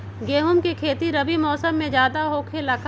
गेंहू के खेती रबी मौसम में ज्यादा होखेला का?